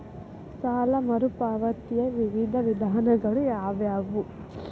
ಸಾಲ ಮರುಪಾವತಿಯ ವಿವಿಧ ವಿಧಾನಗಳು ಯಾವುವು?